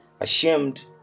ashamed